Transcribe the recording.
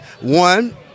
One